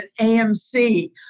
AMC